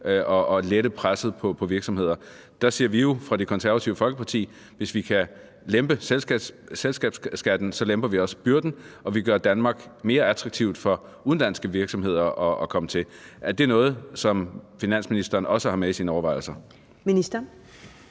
at lette presset på virksomheder. Der siger vi jo fra Det Konservative Folkepartis side, at hvis vi kan lempe selskabsskatten, lemper vi også byrden, og vi gør Danmark mere attraktivt for udenlandske virksomheder at komme til. Er det noget, som finansministeren også har med i sine overvejelser? Kl.